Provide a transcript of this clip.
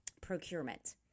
procurement